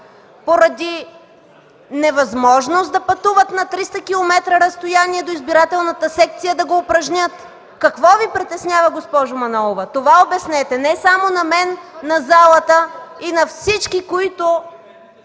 поради невъзможност да пътуват на 300 км разстояние до избирателната секция да го упражнят! Какво Ви притеснява, госпожо Манолова? Това обяснете – не само на мен, на залата, и на всички, които